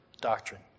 doctrine